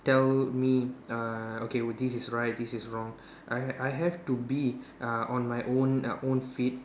tell me uh okay this is right this is wrong I have I have to be uh on my own uh own feet